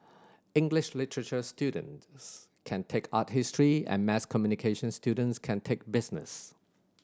English literature students can take art history and mass communication students can take business